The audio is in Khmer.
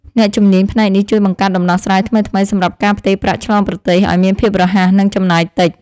អ្នកជំនាញផ្នែកនេះជួយបង្កើតដំណោះស្រាយថ្មីៗសម្រាប់ការផ្ទេរប្រាក់ឆ្លងប្រទេសឱ្យមានភាពរហ័ស និងចំណាយតិច។